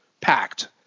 Packed